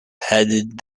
headed